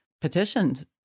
petitioned